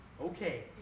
okay